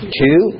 two